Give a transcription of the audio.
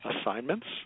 assignments